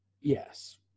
yes